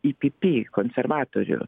į pipi konservatorių